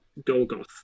Golgoth